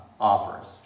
offers